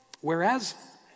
whereas